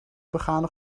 begane